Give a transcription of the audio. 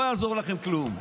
לא יעזור לכם כלום.